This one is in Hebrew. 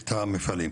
את המפעלים,